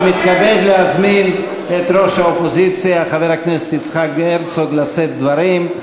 ומתכבד להזמין את ראש האופוזיציה מר יצחק הרצוג לשאת דברים.